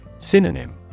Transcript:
Synonym